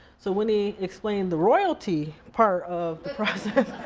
so when he explained the royalty part of the process